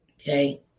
Okay